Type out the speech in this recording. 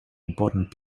important